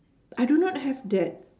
I do not have that